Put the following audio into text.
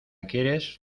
quieres